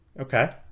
Okay